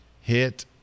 hit